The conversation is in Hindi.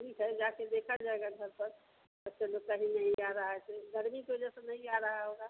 ठीक है जाकर देखा जाएगा घर पर बच्चा लोग काहे नहीं आ रहा है गर्मी की वजह से नहीं आ रहा होगा